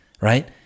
Right